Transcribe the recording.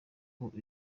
kuko